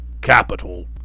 Capital